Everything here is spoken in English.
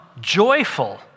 joyful